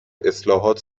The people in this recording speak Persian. اصلاحات